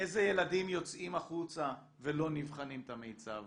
אתם יודעים איזה ילדים יוצאים החוצה ולא נבחנים את המיצ"ב